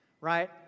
right